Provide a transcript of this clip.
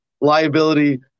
liability